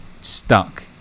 stuck